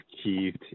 achieved